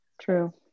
True